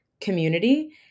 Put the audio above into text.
community